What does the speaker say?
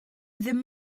ddim